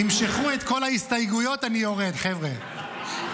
תמשכו את כל ההסתייגויות ואני יורד, חבר'ה.